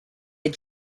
had